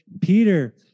Peter